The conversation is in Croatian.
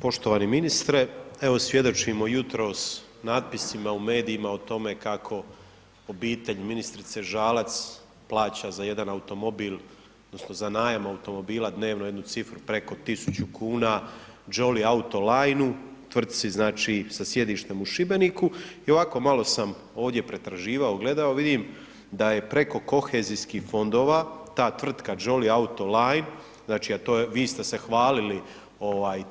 Poštovani ministre, evo svjedočimo jutros natpisima u medijima o tome kako obitelj ministrice Žalac plaća za jedan automobil odnosno za najam automobila dnevno jednu cifru preko 1.000 kuna Jolly autolinu tvrtci znači sa sjedištem u Šibeniku i ovako malo sam ovdje pretraživao, gledao, vidim da je preko kohezijskih fondova ta tvrtka Jolly autoline, znači a to je, vi ste se hvalili